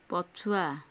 ପଛୁଆ